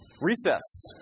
Recess